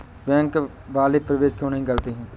Bank वाले प्रवेश नहीं करते हैं?